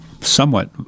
somewhat